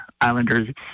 Islanders